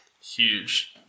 Huge